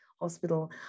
hospital